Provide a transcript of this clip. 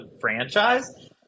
franchise